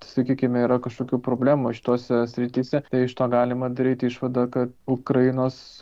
sakykime yra kažkokių problemų šitose srityse iš to galima daryti išvadą kad ukrainos